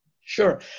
sure